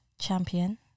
champion